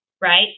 right